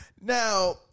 Now